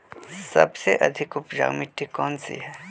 सबसे अधिक उपजाऊ मिट्टी कौन सी हैं?